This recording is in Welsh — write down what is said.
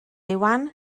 iwan